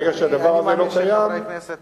ברגע שהדבר הזה לא קיים, אני מאמין שגם חברי הכנסת